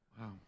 Wow